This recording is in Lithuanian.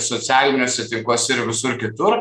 socialiniuose tinkluose ir visur kitur